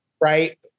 Right